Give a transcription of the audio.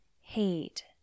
hate